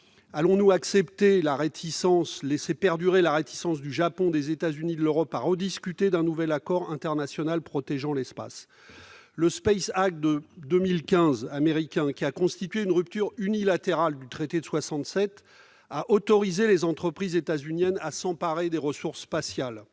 allons-nous laisser perdurer la réticence du Japon, des États-Unis et de l'Europe à discuter d'un nouvel accord international protégeant l'espace ? Le américain de 2015, marquant une rupture unilatérale du traité de 1967, a autorisé les entreprises états-uniennes à s'emparer des ressources spatiales.